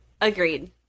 Agreed